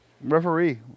Referee